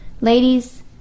Ladies